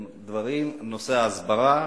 דברים, ההסברה,